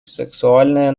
сексуальное